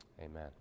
Amen